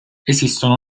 esistono